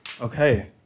Okay